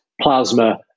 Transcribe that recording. plasma